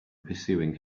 pursuing